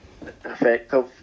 effective